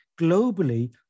globally